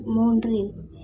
மூன்று